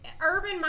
Urban